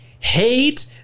hate